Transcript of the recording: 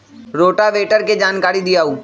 Rotavator के जानकारी दिआउ?